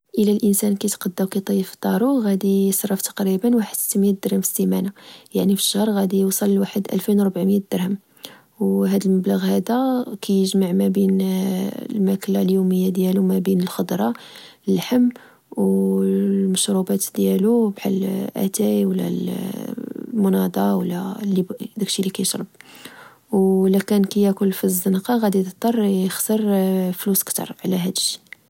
الى الانسان كيتقدا وكيطيب فدارو غادي يصرف تقريبا واحد ستالاف درهم فالسيمانة يعني في الشهر غادي يوصل لواحد الفين او ربعمية درهم وهذا المبلغ هذا كيجمع ما بين الماكلة اليومية ديالو وما بين الخضرة اللحم والمشروبات ديالو بحال اتاي ولا مناضا ولا داكشي اللي كيشرب ولا كياكل فالزنقة غادي يضطر يخسر فلوس كثر على هادشي